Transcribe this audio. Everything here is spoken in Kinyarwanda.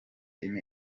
ine